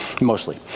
mostly